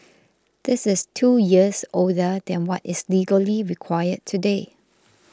this is two years older than what is legally required today